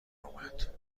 اومد